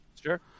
sure